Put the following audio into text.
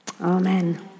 Amen